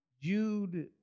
Jude